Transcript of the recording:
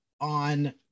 on